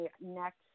next